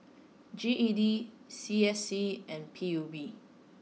G E D C S C and P U B